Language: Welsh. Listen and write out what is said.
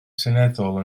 seneddol